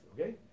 okay